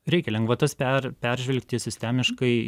reikia lengvatas per peržvelgti sistemiškai